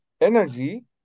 energy